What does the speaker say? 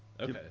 okay